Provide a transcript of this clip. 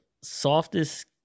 softest